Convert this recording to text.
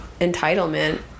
entitlement